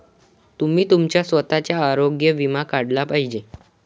तुम्ही तुमचा स्वतःचा आरोग्य विमा काढला पाहिजे